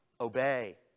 obey